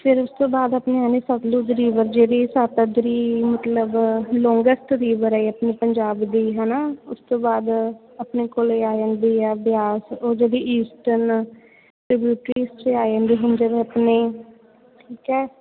ਫਿਰ ਉਸ ਤੋਂ ਬਾਅਦ ਆਪਣੇ ਆਉਂਦੀ ਸਤਲੁਜ ਰਿਵਰ ਜਿਹੜੀ ਮਤਲਬ ਲੋਂਗੈਸਟ ਰਿਵਰ ਏ ਆਪਣੀ ਪੰਜਾਬ ਦੀ ਹੈ ਨਾ ਉਸ ਤੋਂ ਬਾਅਦ ਆਪਣੇ ਕੋਲ ਆ ਜਾਂਦੀ ਏ ਬਿਆਸ ਉਹ ਜਿਹੜੀ ਈਸਟਨ ਆ ਜਾਂਦੀ ਹੁਣ ਜਿਵੇਂ ਆਪਣੇ ਠੀਕ ਹੈ